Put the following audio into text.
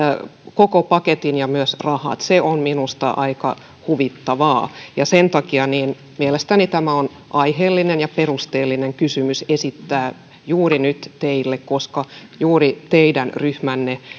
koko paketin ja myös rahat se on minusta aika huvittavaa ja sen takia mielestäni tämä on aiheellinen ja perusteltu kysymys esittää juuri nyt teille koska juuri teidän ryhmänne